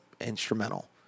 instrumental